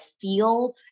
feel